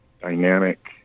dynamic